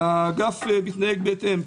והאגף מתנהג בהתאם.